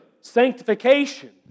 sanctification